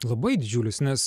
labai didžiulis nes